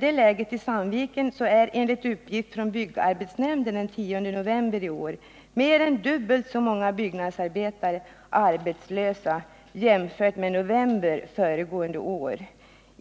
Läget i Sandviken är, enligt uppgift från byggarbetsnämnden den 10 november i år, det att mer än dubbelt så många byggnadsarbetare nu är arbetslösa som i november föregående år.